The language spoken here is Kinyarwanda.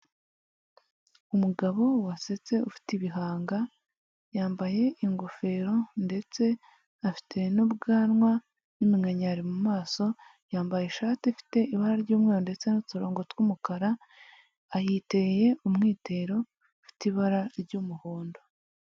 Umugabo wasetse ufite ibihanga, yambaye ingofero ndetse afite n'ubwanwa n'imkanyari mu maso, yambaye ishati ifite ibara ry'umweru ndetse n'uturongo tw'umukara, ayiteye umwitero ufite ibara ry'umuhondo.